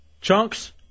Chunks